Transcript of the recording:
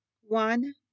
One